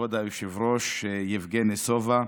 כבוד היושב-ראש יבגני סובה,